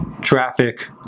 traffic